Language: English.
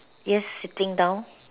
yes sitting down